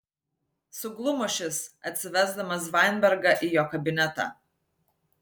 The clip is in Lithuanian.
suglumo šis atsivesdamas vainbergą į jo kabinetą